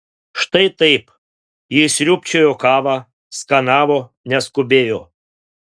štai taip ji sriūbčiojo kavą skanavo neskubėjo